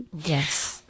yes